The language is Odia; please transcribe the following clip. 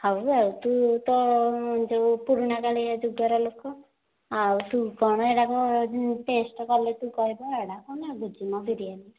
ହଉ ଆଉ ତୁ ତ ଆଉ ଯେଉଁ ପୁରୁଣା କାଳିଆ ଯୁଗର ଲୋକ ଆଉ ତୁ କ'ଣ ଏଯାକ ଟେଷ୍ଟ୍ କଲେ ତୁ କହିବୁ ଏଇଟା କ'ଣ ଲାଗୁଛି ମ ବିରିୟାନୀ